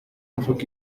mvuge